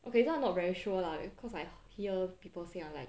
okay this one I'm not very sure lah cause I hear people say [one] like